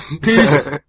Peace